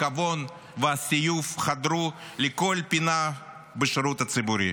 הריקבון והזיוף חדרו לכל פינה בשירות הציבורי.